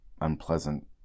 unpleasant